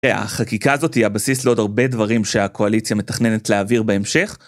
החקיקה הזאת היא הבסיס לעוד הרבה דברים שהקואליציה מתכננת להעביר בהמשך.